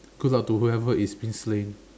good luck to whoever is being slained